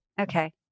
Okay